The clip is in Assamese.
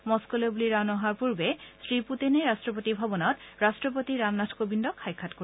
মস্কোলৈ বুলি ৰাওণা হোৱাৰ পূৰ্বে শ্ৰীপুটিনে ৰাষ্ট্ৰপতি ভৱনত ৰাষ্ট্ৰপতি ৰামনাথ কোবিন্দক সাক্ষাৎ কৰিব